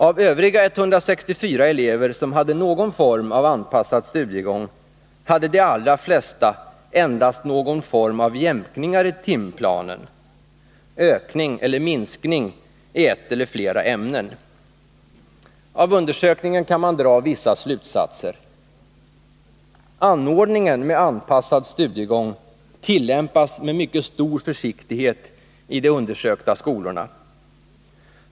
Av övriga 164 elever som hade någon form av anpassad studiegång hade de allra flesta endast någon form av jämkningar i timplanen — ökning eller minskning i ett eller flera ämnen. Av undersökningen kan man dra vissa slutsatser. Anordningen med anpassad studiegång tillämpas med mycket stor försiktighet i de undersökta skolorna.